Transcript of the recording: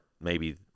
maybe-